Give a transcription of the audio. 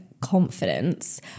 confidence